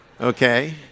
Okay